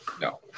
No